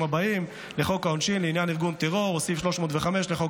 הבאים לחוק העונשין לעניין ארגון טרור או סעיף 305 לחוק